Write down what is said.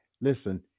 listen